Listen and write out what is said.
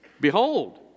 Behold